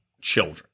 children